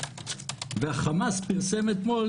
והחמאס פרסם אתמול,